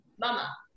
Mama